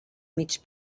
mig